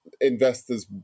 investors